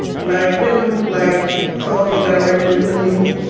like him, like talking directly to me,